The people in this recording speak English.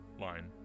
line